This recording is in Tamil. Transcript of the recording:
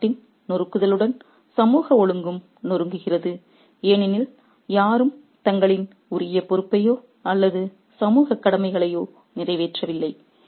உள்நாட்டின் நொறுக்குதலுடன் சமூக ஒழுங்கும் நொறுங்குகிறது ஏனெனில் யாரும் தங்களின் உரிய பொறுப்பையோ அல்லது சமூக கடமைகளையோ நிறைவேற்றவில்லை